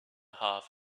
half